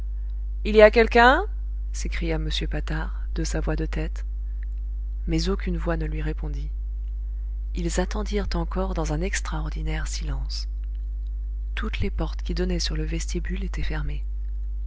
il y a quelqu'un s'écria m patard de sa voix de tête mais aucune voix ne lui répondit ils attendirent encore dans un extraordinaire silence toutes les portes qui donnaient sur le vestibule étaient fermées